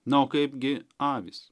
na o kaipgi avys